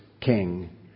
king